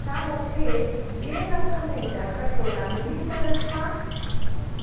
छा मूंखे ॿिए नमूने जी कटोरा मिली सघनि था